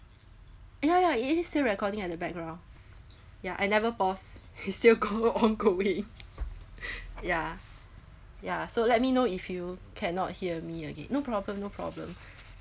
ya ya it is still recording at the background ya I never pause it's still go on ongoing ya ya so let me know if you cannot hear me again no problem no problem